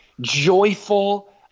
joyful